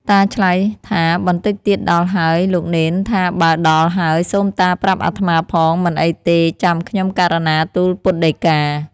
តាឆ្លើយថា បន្តិចទៀតដល់ហើយ លោកនេនថាបើដល់ហើយ សូមតាប្រាប់អាត្មាផង មិនអីទេ ចាំខ្ញុំករុណាទូលពុទ្ធដីកា ។